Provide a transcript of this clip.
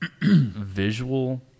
visual